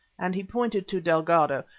and he pointed to delgado,